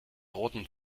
roten